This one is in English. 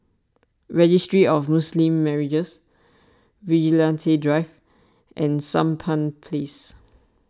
Registry of Muslim Marriages Vigilante Drive and Sampan Place